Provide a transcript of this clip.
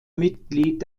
mitglied